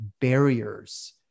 barriers